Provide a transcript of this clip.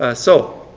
ah so,